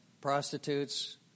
prostitutes